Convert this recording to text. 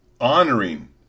honoring